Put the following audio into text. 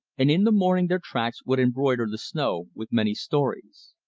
and in the morning their tracks would embroider the snow with many stories.